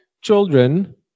children